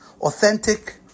Authentic